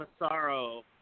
Massaro